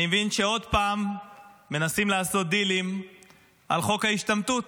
אני מבין שעוד פעם מנסים לעשות דילים על חוק ההשתמטות.